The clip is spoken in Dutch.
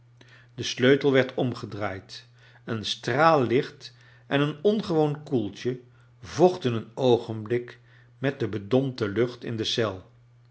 de sleutel werd omgedtaaid een straal iicht en een ongowoon koeltje vochten een oogenblik met de bedompte utcht in de eel